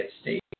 state